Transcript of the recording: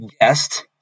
guest